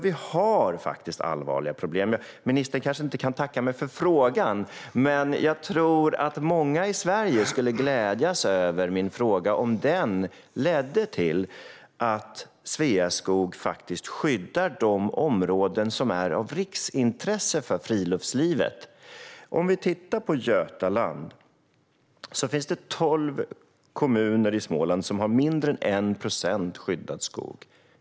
Vi har nämligen allvarliga problem - faktiskt. Ministern kanske inte kan tacka mig för frågan, men jag tror att många i Sverige skulle glädjas över min fråga om den ledde till att Sveaskog faktiskt skyddar de områden som är av riksintresse för friluftslivet. Vi kan titta på Götaland. Det finns tolv kommuner i Småland som har mindre än 1 procent skyddad skog.